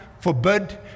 forbid